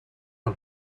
del